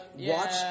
watch